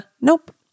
nope